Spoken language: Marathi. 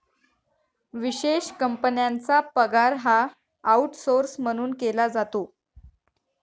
विशेष कंपन्यांचा पगार हा आऊटसौर्स म्हणून केला जातो